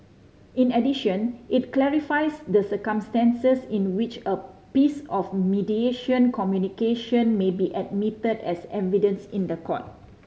in addition it clarifies the circumstances in which a piece of mediation communication may be admitted as evidence in the court